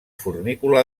fornícula